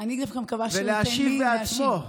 ולהשיב בעצמו,